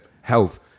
health